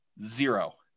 Zero